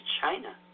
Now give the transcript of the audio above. China